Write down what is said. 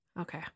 Okay